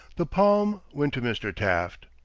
the palm went to mr. taft.